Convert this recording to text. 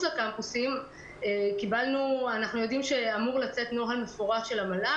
לקמפוסים אנחנו יודעים שאמור לצאת נוהל מפורט של המל"ג,